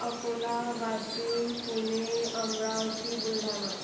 Akola Washim Pune Amravati Buldhana